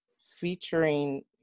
featuring